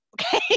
Okay